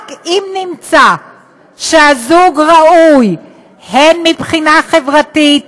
ורק אם נמצא שהזוג ראוי, הן מבחינה חברתית,